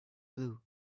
blue